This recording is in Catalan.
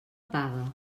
paga